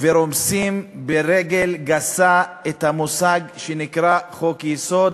ורומסים ברגל גסה את המוסד שנקרא חוק-יסוד